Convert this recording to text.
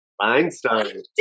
Einstein